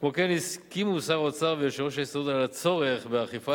כמו כן הסכימו שר האוצר ויושב-ראש ההסתדרות על הצורך באכיפה